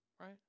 right